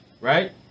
Right